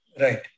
Right